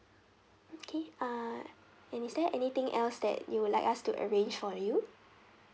okay ah and is there anything else that you would like us to arrange for you